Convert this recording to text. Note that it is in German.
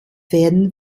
werden